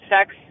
sex